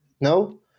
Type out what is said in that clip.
No